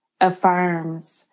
affirms